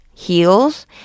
heels